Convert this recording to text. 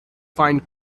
find